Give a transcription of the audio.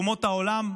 את אומות העולם,